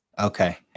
Okay